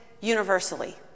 universally